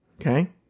Okay